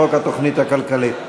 חוק התוכנית הכלכלית.